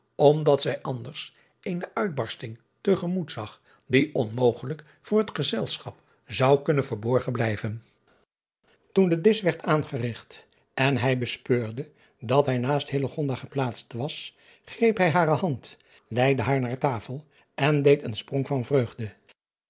omdat zij anders eene uitbarsting te gemoet zag die onmogelijk voor het gezelschap zou kunnen verborgen blijven oen de disch werd aangeregt en hij bespeurde dat hij naast geplaatst was greep hij hare hand leide haar naar tafel en deed een sprong van vreugde